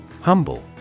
Humble